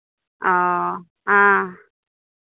ओ हँ